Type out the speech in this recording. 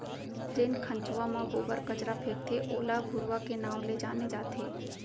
जेन खंचवा म गोबर कचरा फेकथे ओला घुरूवा के नांव ले जाने जाथे